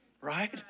right